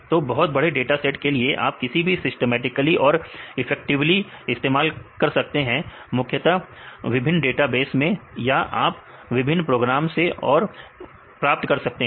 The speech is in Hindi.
तो बहुत बड़े डाटा सेट के लिए आप इसको सिस्टमैटिकली और इफेक्टविली इस्तेमाल कर सकते हैं मुख्यता विभिन्न डेटाबेस में या आप विभिन्न प्रोग्राम से और प्राप्त कर सकते हैं